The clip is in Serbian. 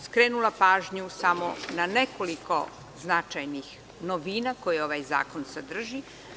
Skrenula bih pažnju samo na nekoliko značajnih novina koje ovaj zakon sadrži.